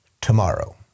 tomorrow